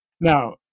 Now